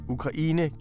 Ukraine